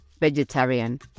vegetarian